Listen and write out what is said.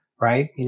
right